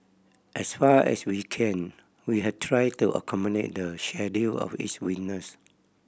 as far as we can we have tried to accommodate the schedule of each witness